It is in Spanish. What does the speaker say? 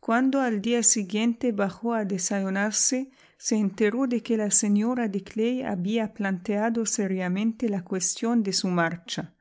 cuando al día siguiente bajó a desayunarse se enteró de que la señora de clay había planteado seriamente la cuestión de su marcha